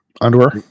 underwear